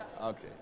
Okay